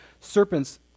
serpents